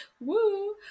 woo